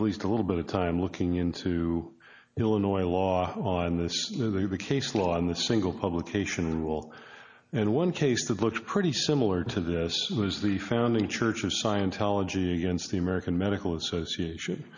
at least a little bit of time looking into illinois law on this case law on the single publication rule and one case that looks pretty similar to this was the founding church of scientology against the american medical association